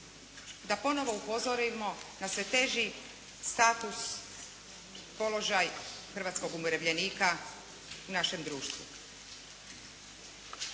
da ponovo upozorimo na sve teži status, položaj hrvatskog umirovljenika u našem društvu.